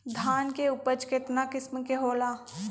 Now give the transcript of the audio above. धान के उपज केतना किस्म के होला?